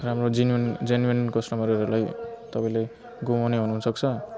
राम्रो genuine genuine कस्टमरहरूलाई तपाईँले गुमाउने हुनु सक्छ